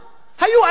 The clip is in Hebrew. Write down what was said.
היו אלפים.